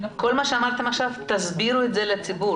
כל מה שאמרתם עכשיו, תסבירו את זה לציבור.